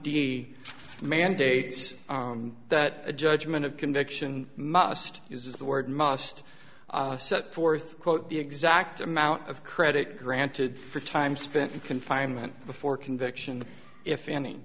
d mandates that a judgment of conviction must use the word must set forth quote the exact amount of credit granted for time spent in confinement before conviction if any